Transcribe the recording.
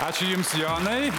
ačiū jums jonai